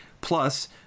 plus